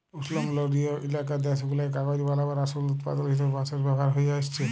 উস্লমলডলিয় ইলাকার দ্যাশগুলায় কাগজ বালাবার আসল উৎপাদল হিসাবে বাঁশের ব্যাভার হঁয়ে আইসছে